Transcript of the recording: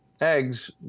Eggs